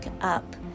up